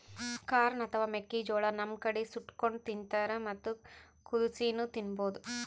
corn ಅಥವಾ ಮೆಕ್ಕಿಜೋಳಾ ನಮ್ ಕಡಿ ಸುಟ್ಟಕೊಂಡ್ ತಿಂತಾರ್ ಮತ್ತ್ ಕುದಸಿನೂ ತಿನ್ಬಹುದ್